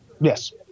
Yes